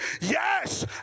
yes